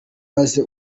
maze